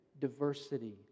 diversity